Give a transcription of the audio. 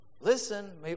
Listen